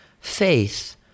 Faith